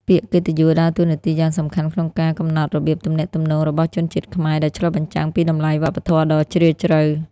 ពាក្យកិត្តិយសដើរតួនាទីយ៉ាងសំខាន់ក្នុងការកំណត់របៀបទំនាក់ទំនងរបស់ជនជាតិខ្មែរ ដោយឆ្លុះបញ្ចាំងពីតម្លៃវប្បធម៌ដ៏ជ្រាលជ្រៅ។